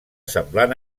semblant